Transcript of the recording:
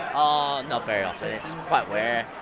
um not very often, it's quite rare.